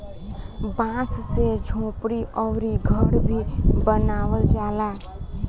बांस से झोपड़ी अउरी घर भी बनावल जाला